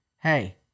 hey